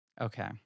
Okay